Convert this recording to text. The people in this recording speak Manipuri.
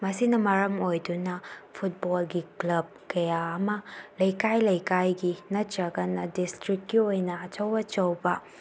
ꯃꯁꯤꯅ ꯃꯔꯝ ꯑꯣꯏꯗꯨꯅ ꯐꯨꯠꯕꯣꯜꯒꯤ ꯀ꯭ꯂꯞ ꯀꯌꯥ ꯑꯃ ꯂꯩꯀꯥꯏ ꯂꯩꯀꯥꯏꯒꯤ ꯅꯠꯇ꯭ꯔꯒꯅ ꯗꯤꯁꯇ꯭ꯔꯤꯛꯀꯤ ꯑꯣꯏꯅ ꯑꯆꯧ ꯑꯆꯧꯕ